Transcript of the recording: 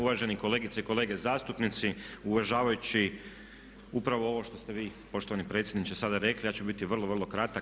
Uvaženi kolegice i kolege zastupnici uvažavajući upravo ovo što ste vi poštovani predsjedniče sada rekli ja ću biti vrlo, vrlo kratak.